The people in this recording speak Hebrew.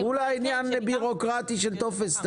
כולה עניין בירוקרטי של טופס,